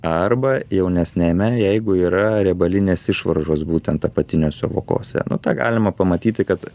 arba jaunesniajame jeigu yra riebalinės išvaržos būtent apatiniuose vokuose nu tą galima pamatyti kad